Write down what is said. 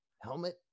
Helmet